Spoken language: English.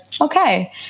okay